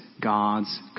God's